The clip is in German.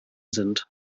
sind